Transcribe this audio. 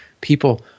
People